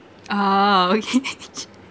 ah okay